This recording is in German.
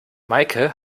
meike